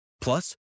Plus